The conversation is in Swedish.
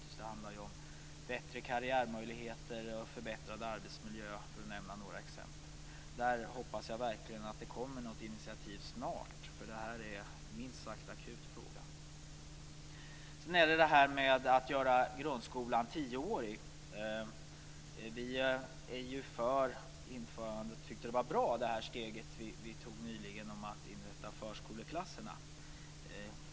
Det handlar om bättre karriärmöjligheter och förbättrad arbetsmiljö, för att nämna några exempel. Jag hoppas verkligen att det kommer ett initiativ snart. Detta är en minst sagt akut fråga. Sedan har vi det här med att göra grundskolan tioårig. Vi tycker att det steg som vi tog nyligen för att inrätta förskoleklasserna var bra.